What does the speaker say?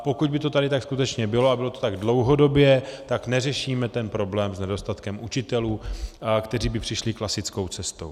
Pokud by to tady tak skutečně bylo a bylo to tak dlouhodobě, tak neřešíme ten problém s nedostatkem učitelů, kteří by přišli klasickou cestou.